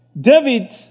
David